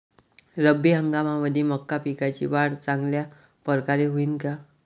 रब्बी हंगामामंदी मका पिकाची वाढ चांगल्या परकारे होईन का?